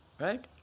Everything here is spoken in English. Right